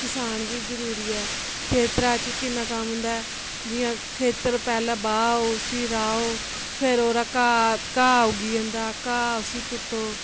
ते कसान बी जरूरी ऐ खेत्तरा च किन्ना कम्म हुंदा जियां खेत्तर पैहला बाह्ओ उसी राह्ओ फिर ओह्दा घा घा उग्गी जंदा घा उसी पुट्टो